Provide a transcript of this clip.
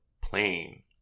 plane